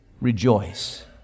rejoice